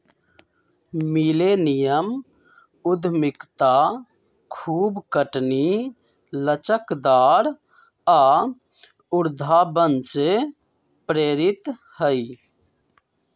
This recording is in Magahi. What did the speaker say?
मिलेनियम उद्यमिता खूब खटनी, लचकदार आऽ उद्भावन से प्रेरित हइ